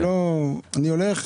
אני הולך,